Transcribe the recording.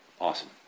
awesome